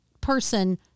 person